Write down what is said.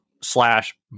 slash